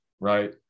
Right